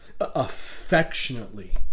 affectionately